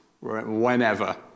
Whenever